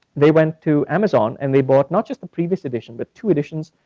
they went to amazon and they bought not just the previous edition but two editions,